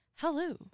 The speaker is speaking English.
Hello